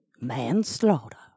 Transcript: manslaughter